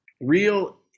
Real